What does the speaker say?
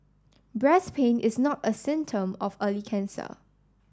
breast pain is not a symptom of early cancer